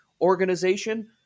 organization